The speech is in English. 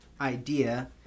idea